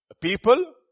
people